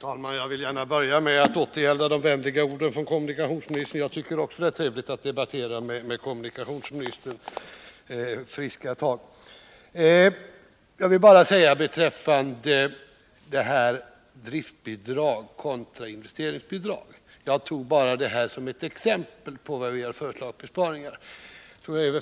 Herr talman! Jag vill gärna börja med att återgälda kommunikationsministerns vänliga ord. Jag tycker att det är trevligt att debattera med kommunikationsministern — det är friska tag. Beträffande driftbidrag kontra investeringsbidrag vill jag bara säga att jag tog detta som exempel på besparingar som vi har